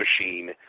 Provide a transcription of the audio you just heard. machine